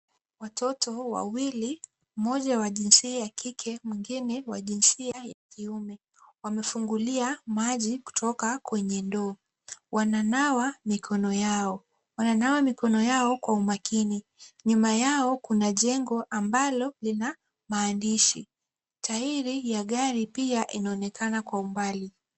Watoto wawili, mmoja wa jinsia ya kike mwingine wa jinsia ya kiume, wamefungulia maji kutoka kwenye ndoo. Wananawa mikono yao, wananawa mikono yao kwa umakini. Nyuma yao kuna jengo ambalo lina maandishi. Tairi ya gari pia inaonekana kwa umbali.